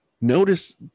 Notice